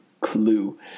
Clue